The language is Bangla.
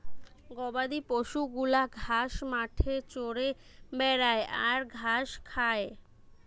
গবাদি পশু গুলা ঘাস মাঠে চরে বেড়ায় আর ঘাস খায়